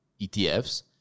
ETFs